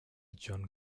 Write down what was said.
john